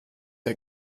der